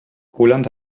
holland